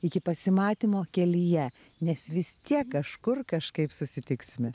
iki pasimatymo kelyje nes vis tiek kažkur kažkaip susitiksime